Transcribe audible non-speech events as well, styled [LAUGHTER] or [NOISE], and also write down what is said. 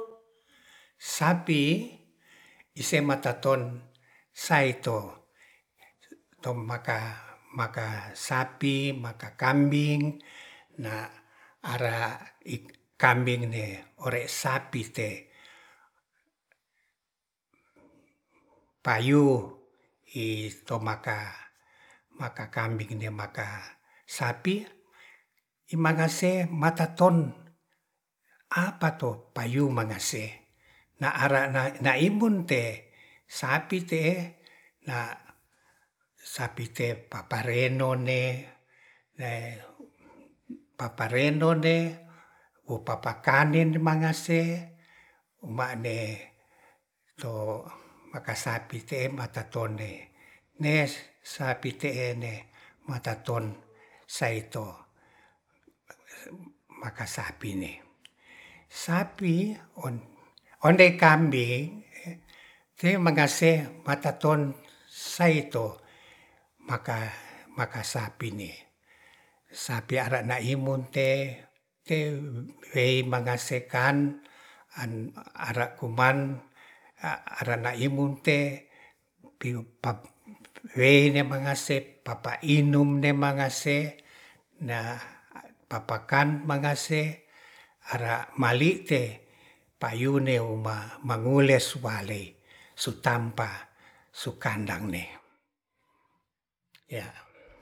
Sapi ise mataton saito to maka, maka-maka sapi maka kambing nda ara kambing ne ore sapi te payuu i tomaka maka kambing ni maka sapi imangase mataton apa to payu mangase na ara nda imbun te sapi te'e na sapi te paparennone, paparennone wo papa kandin mangase ba'ne to maka sapi te'e maka mata tonde nes sapi te'e ne mataton saito maka sapi ne, sapi ondei kambing te magase mataton saito maka. maka sapi ne. sapi arana imun t [HESITATION] mangasekan ara kuman arana imbut te [HESITATION] papa indum ne mangase da papa kan mangase ara mali te payune ma-mangules walei su tampa su kandang neh [HESITATION]